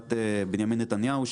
בתקופת בנימין נתניהו,